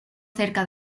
cerca